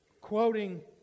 quoting